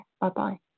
bye-bye